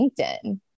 LinkedIn